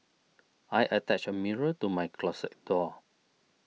I attached a mirror to my closet door